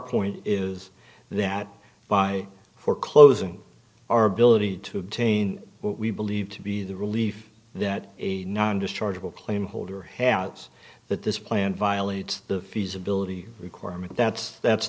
point is that by foreclosing our ability to obtain what we believe to be the relief that a non dischargeable claim holder has that this plan violates the feasibility requirement that's that's